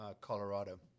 Colorado